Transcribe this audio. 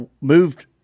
moved